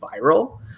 viral